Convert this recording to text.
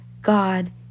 God